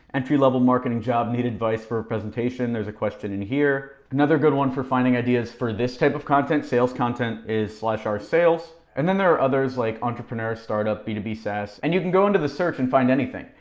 entry level marketing job, need advice for presentation. there's a question in here. another good one for finding ideas for this type of content, sales content is like r sales. and then there are others like entrepreneur, startup, b two b saas, and you can go into the search and find anything,